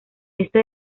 éste